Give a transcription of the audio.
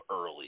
early